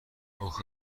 اخه